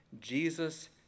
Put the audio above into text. Jesus